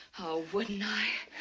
oh, wouldn't i?